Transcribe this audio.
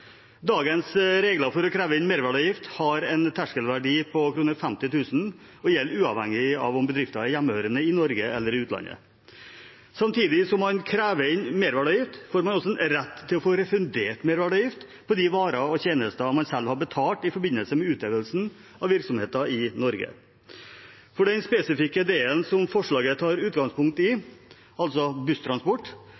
Dagens regler for å kreve inn merverdiavgift har en terskelverdi på 50 000 kr og gjelder uavhengig av om bedriften er hjemmehørende i Norge eller i utlandet. Samtidig som man krever inn merverdiavgift, har man også rett til å få refundert merverdiavgift på de varer og tjenester man selv har betalt i forbindelse med utøvelsen av virksomheten i Norge. For den spesifikke delen som forslaget tar utgangspunkt i,